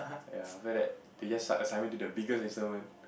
ya after that they just start assign me to the biggest instrument